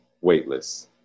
weightless